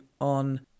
on